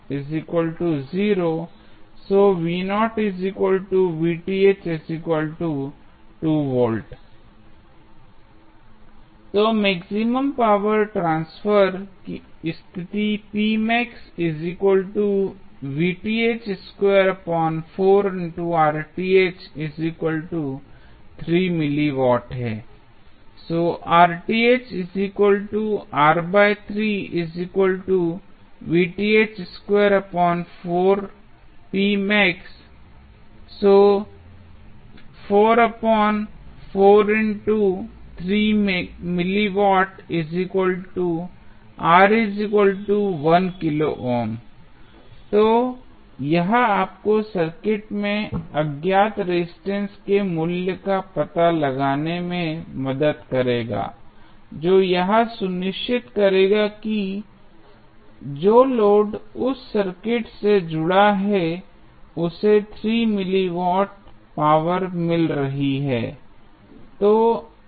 तो maximum power transfer स्थिति है तो यह आपको सर्किट में अज्ञात रेजिस्टेंस R के मूल्य का पता लगाने में मदद करेगा जो यह सुनिश्चित करेगा कि जो लोड उस सर्किट से जुड़ा है उसे 3 मिली वाट पावर मिल रही है